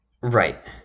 Right